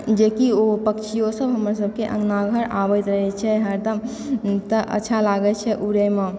जेकि ओ पक्षिओ सब हमर सबके अङ्गना घर आबैत रहए छै हरदम तऽ अच्छा लागए छै उड़ैमे